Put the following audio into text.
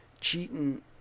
Cheating